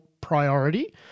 priority